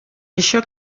això